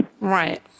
Right